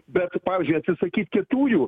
bet pavyzdžiui atsisakyt kietųjų